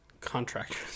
Contractors